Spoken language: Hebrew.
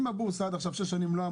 אם הבורסה עד עכשיו לא אמרה,